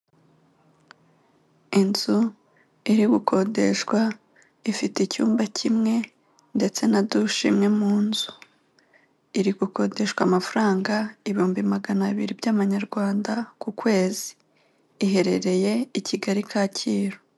Inzu iri gukodeshwa, ifite icyumba kimwe ndetse na dushe imwe mu nzu, iri gukodeshwa amafaranga ibihumbi magana abiri by'amanyarwanda ku kwezi, iherereye i Kigali Kacyiru.